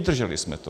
Vydrželi jsme to.